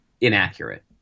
inaccurate